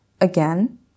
Again